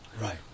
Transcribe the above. Right